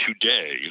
today